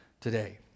today